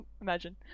Imagine